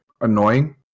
annoying